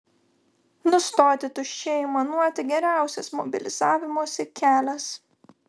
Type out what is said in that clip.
nustoti tuščiai aimanuoti geriausias mobilizavimosi kelias